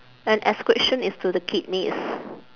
and excretion is to the kidneys